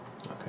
Okay